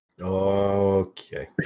Okay